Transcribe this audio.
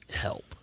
help